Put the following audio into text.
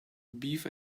beef